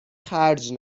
خرج